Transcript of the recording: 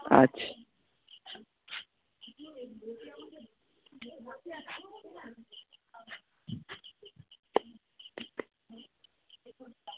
আচ্ছা